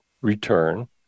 return